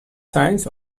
signs